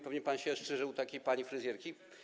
Pewnie pan się strzyże u takiej pani fryzjerki.